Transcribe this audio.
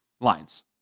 lines